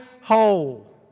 whole